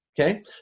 Okay